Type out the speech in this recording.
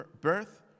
birth